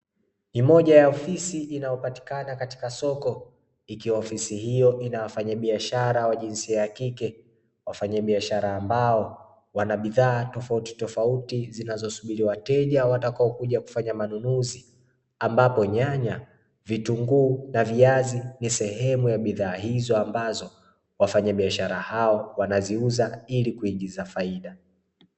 Ni moja ya ofisi inayopatikana katika soko ikiwa ofisi hiyo ina wafanyibiashara wa jinsia ya kike wafanyabiashara ambao wana bidhaa tofautitofauti zinazosubiri wateja watakaokuja kufanya manunuzi ambapo nyanya, vitunguu na viazi ni sehemu ya bidhaa hizo ambazo wafanyabiashara hao wanaziuza ili kuigiza faida.